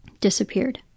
disappeared